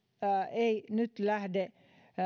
ei nyt lähde